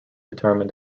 determine